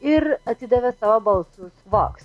ir atidavė savo balsus vogs